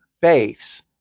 faiths